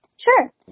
Sure